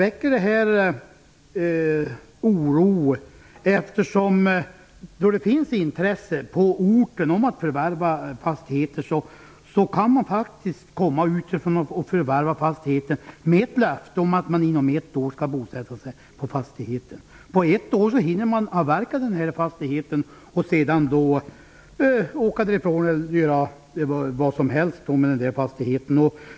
Även när det finns intresse på orten av att förvärva fastigheter kan någon komma utifrån och förvärva fastigheten mot löfte om att bosätta sig på fastigheten inom ett år. Men på ett år hinner man avverka fastigheten, och sedan kan man åka därifrån eller göra vad som helst med fastigheten.